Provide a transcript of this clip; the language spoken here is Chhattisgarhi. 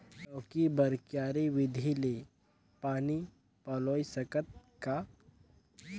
लौकी बर क्यारी विधि ले पानी पलोय सकत का?